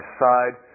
side